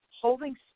Holding